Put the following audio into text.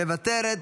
מוותרת,